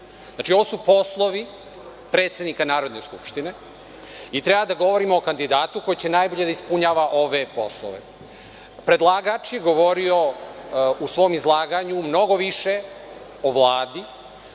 ovo su poslovi predsednika Narodne skupštine i treba da govorimo o kandidatu koji će najbolje da ispunjava ove poslove. Predlagač je govorio u svom izlaganju mnogo više o Vladi,